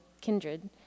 kindred